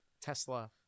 Tesla